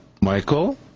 Michael